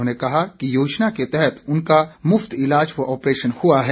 उन्होंने कहा कि योजना के तहत उनका मुफ्त ईलाज व ऑपरेशन हुआ है